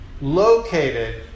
located